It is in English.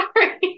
sorry